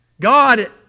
God